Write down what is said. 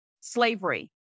Slavery